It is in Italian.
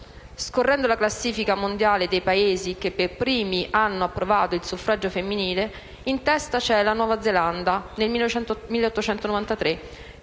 Scorrendo la classifica mondiale dei Paesi che per primi hanno approvato il suffragio femminile, in testa c'è la Nuova Zelanda nel 1893,